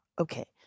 Okay